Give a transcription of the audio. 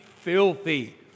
filthy